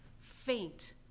faint